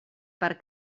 per